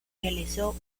realizó